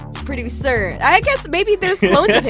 producer. i guess maybe there's clones of him!